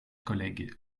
collègue